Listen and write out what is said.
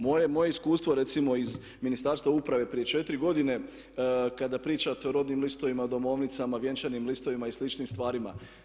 Moje je iskustvo recimo iz Ministarstva uprave prije četiri godine kada pričate o rodnim listovima, domovnicama, vjenčanim listovima i sličnim stvarima.